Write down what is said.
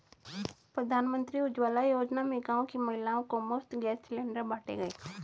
प्रधानमंत्री उज्जवला योजना में गांव की महिलाओं को मुफ्त गैस सिलेंडर बांटे गए